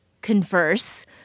converse